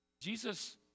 Jesus